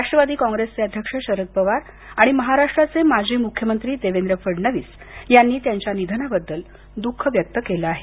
राष्ट्रवादी काँग्रेसचे अध्यक्ष शरद पवार आणि महाराष्ट्राचे माजी मुख्यमंत्री देवेंद्र फडणवीस यांनी त्यांच्या निधनाबद्दल दुःख व्यक्त केलं आहे